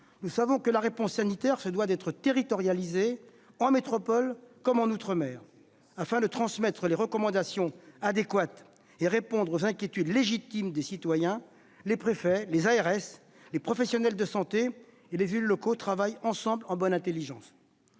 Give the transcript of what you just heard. nous savons que la réponse sanitaire doit être territorialisée, en métropole comme en outre-mer. Afin de transmettre les recommandations adéquates et de répondre aux inquiétudes légitimes des citoyens, les préfets, les agences régionales de santé (ARS), les professionnels de santé et les élus locaux collaborent en bonne intelligence.